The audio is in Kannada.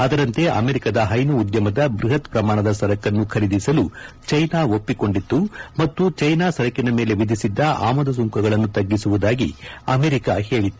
ಅದರಂತೆ ಅಮೆರಿಕದ ಹೈನು ಉದ್ಯಮದ ಬೃಹತ್ ಪ್ರಮಾಣದ ಸರಕನ್ನು ಖರೀದಿಸಲು ಚೀನಾ ಒಪ್ಪಿಕೊಂಡಿತ್ತು ಮತ್ತು ಚೀನಾ ಸರಕಿನ ಮೇಲೆ ವಿಧಿಸಿದ್ದ ಆಮದು ಸುಂಕಗಳನ್ನು ತಗ್ಗಿಸುವುದಾಗಿ ಅಮೆರಿಕ ಹೇಳಿತ್ತು